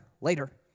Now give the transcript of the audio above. later